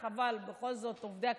חבל, בכל זאת עובדי הכנסת,